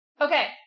Okay